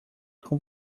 com